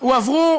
הועברו